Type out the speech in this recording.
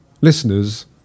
listeners